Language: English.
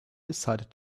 decided